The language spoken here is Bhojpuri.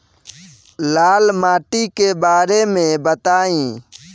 लाल माटी के बारे में बताई